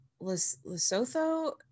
lesotho